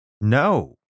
no